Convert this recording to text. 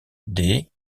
des